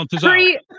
Free